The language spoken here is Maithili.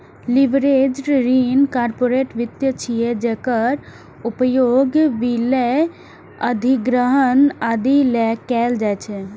लीवरेज्ड ऋण कॉरपोरेट वित्त छियै, जेकर उपयोग विलय, अधिग्रहण, आदि लेल कैल जाइ छै